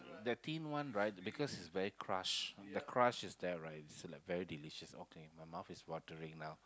the thin one right because is very crush the crush is there right is like very delicious okay my mouth is watering now